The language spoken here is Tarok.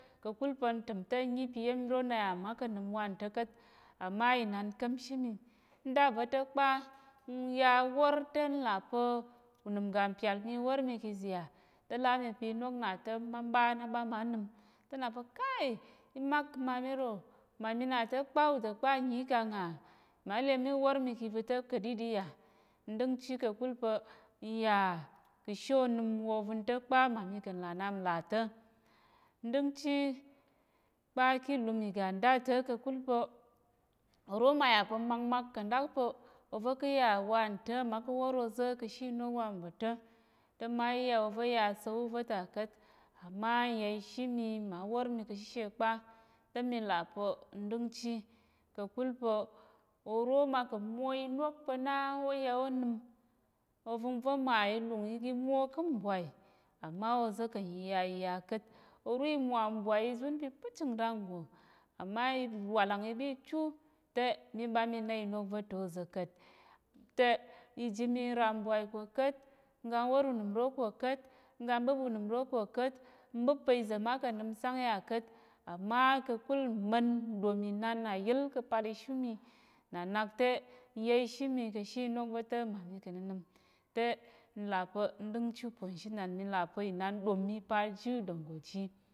Ka̱kul pa̱ n təm te n nyi pa̱ iya̱m ro na yà mma kà̱ nnəm wanta̱ ka̱t, à má inan ka̱mshi mi, ń da va̱ ta̱ kpa n ya awor te n là pa̱ unəm ga mpyàl mi wor ka̱ iza̱ yà, te là á mi pa̱ inok na ta̱ mɓa na ɓa má nəm, te n là pa̱ kai, i mak ka̱ mma mi ro mma mi na ta̱ kpa uda kpa nnyi kang à, ma le mi wor mi ka̱ iva̱ ta̱ ka̱ɗiɗi yà. N ɗəngchi ka̱kul pa̱ n yà ka̱ she onəm wa ovəng ta̱ kpa, mma mi ka̱ nlà nnap ta̱, n ɗəng kpa ki ìlum ìga nda ta̱ ka̱kul pa̱ oro ma yà pa̱ makmak kà̱ nɗak pa̱ ova̱ ká̱ yà wanta̱, mma ká̱ wor oza̱ ka̱ she inok wa nva̱ ta̱, te ma ya ova̱ ya asa̱lwu va̱ ta ka̱t, má n yà ishi mi ma wor mi ka̱ shishe kpa̱, te mi là pa̱ n ɗəngchi ka̱kul pa̱ oro ma kà̱ mmwo inok pa̱ na ó ya ó nem, ovəngva̱ mà i lung igi mwo ká̱ mbwai, à má oza̱ kà̱ n yiya yiya ka̱t. Oro i mwa mbwai izún pa̱ ipəchìng ranggo à má awàlàng i ma i chú te mí ɓa mí na inok ta ôza̱ ka̱t. Te iji mi n ram mbwai ko ka̱t, n ga n wór unəm ro ko ka̱t, n ga n ɓup unəm ro ko ka̱t, n ɓup pa̱ iza̱ má kà̱ nnem sang yà ka̱t, à má ka̱kul mma̱n nɗom inan à yíl ka̱ pal ishi mi na nak te, n ya ishi mi ka̱ she inok va̱ ta̱ mma mi ka̱ nnənəm te n là n ɗəngchi ûponzhinan. Mi là pa̱ inan ɗom mi pa ji uda nggo ji.